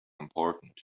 important